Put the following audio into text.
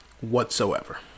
whatsoever